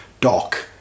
Doc